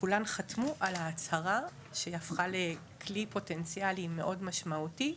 וכולן חתמו על ההצהרה שהיא הפכה לכלי פוטנציאלי מאוד משמעותי.